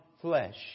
flesh